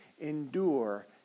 endure